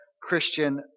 Christian